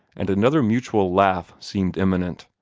and another mutual laugh seemed imminent.